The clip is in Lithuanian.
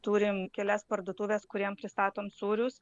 turim kelias parduotuves kuriem pristatom sūrius